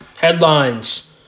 Headlines